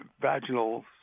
vaginal